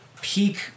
peak